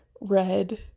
Red